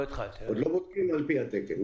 עוד לא בודקים על פי התקן.